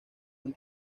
han